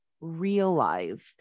realized